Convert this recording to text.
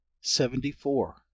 Seventy-four